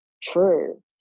true